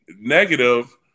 negative